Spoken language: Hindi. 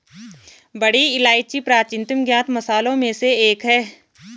बड़ी इलायची प्राचीनतम ज्ञात मसालों में से एक है